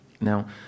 Now